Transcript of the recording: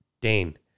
Dane